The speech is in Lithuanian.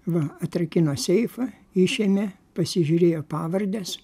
va atrakino seifą išėmė pasižiūrėjo pavardes